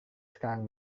sekarang